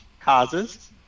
causes